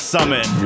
Summit